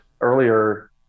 earlier